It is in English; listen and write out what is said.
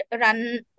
run